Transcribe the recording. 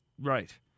Right